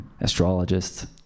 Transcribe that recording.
astrologists